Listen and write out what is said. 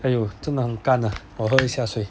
!aiyo! 真的很干啊我喝一下水